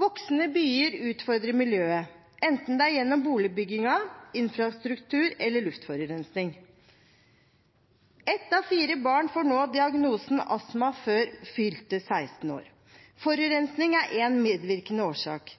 Voksende byer utfordrer miljøet, enten det er gjennom boligbygging, infrastruktur eller luftforurensing. Ett av fire barn får nå diagnosen astma før fylte 16 år. Forurensing er en medvirkende årsak.